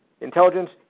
intelligence